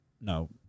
No